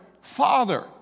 Father